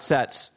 Sets